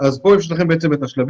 פה יש לכם את השלבים.